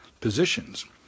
positions